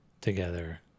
together